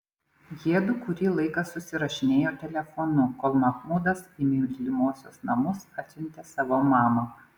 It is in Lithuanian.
jiedu kurį laiką susirašinėjo telefonu kol mahmudas į mylimosios namus atsiuntė savo mamą